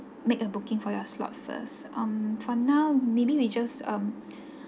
make a booking for your slot first um for now maybe we just um